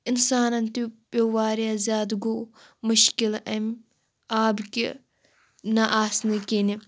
اِنسانَن تہِ پیٚو واریاہ زیادٕ گوٚو مُشکِل امہِ آبہٕ کہِ نَہ آسنہٕ کِنہِ